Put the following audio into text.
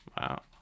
Wow